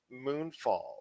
Moonfall